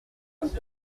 dix